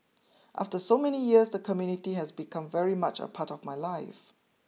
after so many years the community has become very much a part of my life